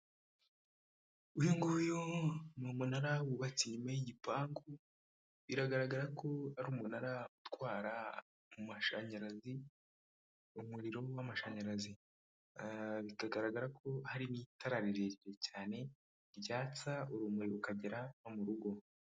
Uyu nguyu ni umunara wubatse inyuma y'igipangu, biragaragara ko ari umunara utwara amashanyarazi, umuriro w'amashanyarazi. Bikagaragara ko harimo itara rirerire cyane, ryatsa urumuri rukagera no mu rugo.